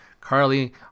Carly